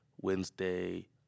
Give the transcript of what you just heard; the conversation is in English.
Wednesday